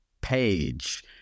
Page